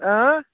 اۭں